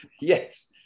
yes